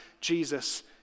Jesus